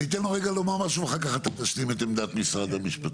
אני אתן לו רגע לומר משהו ואחר כך אתה תשלים את עמדת משרד המשפטים.